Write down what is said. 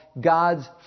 God's